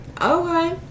Okay